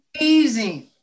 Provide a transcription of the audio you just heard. Amazing